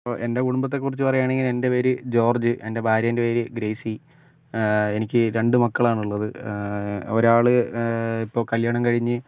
ഇപ്പോൾ എൻ്റെ കുടുംബത്തെക്കുറിച്ച് പറയുകാണെങ്കിൽ എൻ്റെ പേര് ജോർജ് എൻ്റെ ഭാര്യെൻ്റെ പേര് ഗ്രേസി എനിക്ക് രണ്ടുമക്കളാണ് ഉള്ളത് ഒരാൾ ഇപ്പോൾ കല്യാണം കഴിഞ്ഞു